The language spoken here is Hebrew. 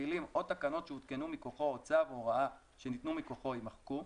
המילים "או תקנות שהותקנו מכוחו או צו או הוראה שניתנו מכוחו" יימחקו.